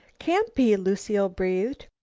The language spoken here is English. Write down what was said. can't be, lucile breathed.